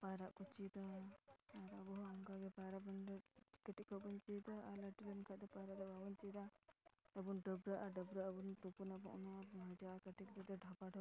ᱯᱟᱭᱨᱟᱜ ᱠᱚ ᱪᱮᱫᱟ ᱟᱨ ᱟᱵᱚ ᱦᱚᱸ ᱚᱱᱠᱟ ᱜᱮ ᱯᱟᱭᱨᱟᱜ ᱵᱚᱱ ᱠᱟᱹᱴᱤᱡ ᱠᱷᱚᱡ ᱵᱚᱱ ᱪᱮᱫᱟ ᱟᱨ ᱞᱟᱹᱴᱩ ᱞᱮᱱᱠᱷᱟᱡ ᱫᱚ ᱯᱟᱭᱨᱟᱜ ᱫᱚ ᱵᱟᱵᱚᱱ ᱪᱮᱫᱟ ᱟᱵᱚᱱ ᱰᱟᱹᱵᱽᱨᱟᱹᱜᱼᱟ ᱰᱟᱹᱵᱽᱨᱟᱹᱜ ᱟᱵᱚᱱ ᱛᱩᱯᱩᱱᱟᱵᱚᱱ ᱢᱚᱡᱚᱜᱼᱟ ᱠᱟᱹᱴᱤᱡ ᱨᱮᱫᱚ